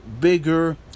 bigger